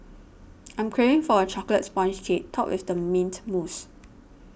I'm craving for a Chocolate Sponge Cake Topped with Mint Mousse